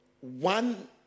one